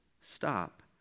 stop